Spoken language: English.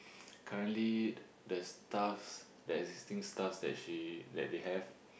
currently the staff the existing staff that she that they have